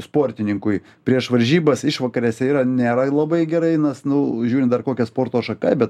sportininkui prieš varžybas išvakarėse yra nėra labai gerai eiti nu žiūrint dar kokia sporto šaka bet